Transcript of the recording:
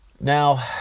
Now